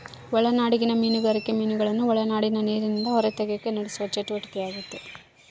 ಒಳನಾಡಿಗಿನ ಮೀನುಗಾರಿಕೆ ಮೀನುಗಳನ್ನು ಒಳನಾಡಿನ ನೀರಿಲಿಂದ ಹೊರತೆಗೆಕ ನಡೆಸುವ ಚಟುವಟಿಕೆಯಾಗೆತೆ